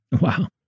Wow